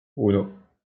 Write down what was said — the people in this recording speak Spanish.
uno